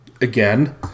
again